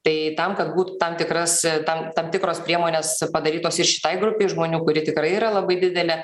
tai tam kad būtų tam tikras tam tam tikros priemonės padarytos ir šitai grupei žmonių kuri tikrai yra labai didelė